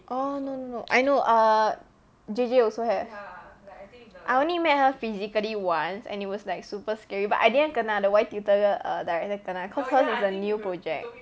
oh I know err J J also have I only met her physically once and it was like super scary but I didn't kena the Y tutor err director kena cause hers is the new project